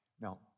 Now